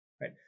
right